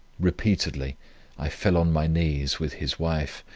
repeatedly i fell on my knees with his wife,